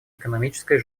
экономической